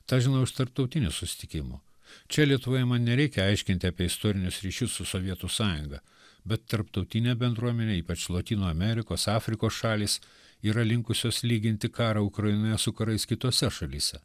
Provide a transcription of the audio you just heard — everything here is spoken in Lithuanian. tą žinau iš tarptautinių susitikimų čia lietuvoje man nereikia aiškinti apie istorinius ryšius su sovietų sąjunga bet tarptautinė bendruomenė ypač lotynų amerikos afrikos šalys yra linkusios lyginti karą ukrainoje su karais kitose šalyse